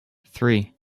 three